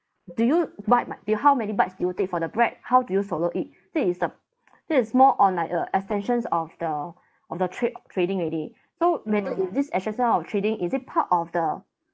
do you bite my do you how many bites you will take for the bread how do you swallow it this is the this is more on like a extensions of the of the trade trading already so whether in this extension of trading is it part of the